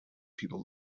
people